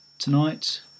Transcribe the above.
Tonight